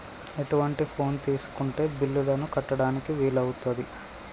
ఎటువంటి ఫోన్ తీసుకుంటే బిల్లులను కట్టడానికి వీలవుతది?